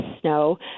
snow